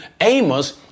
Amos